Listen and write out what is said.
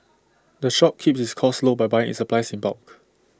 the shop keeps its costs low by buying its supplies in bulk